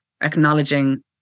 acknowledging